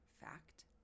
fact